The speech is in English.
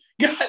God